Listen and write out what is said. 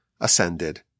ascended